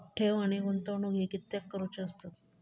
ठेव आणि गुंतवणूक हे कित्याक करुचे असतत?